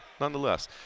nonetheless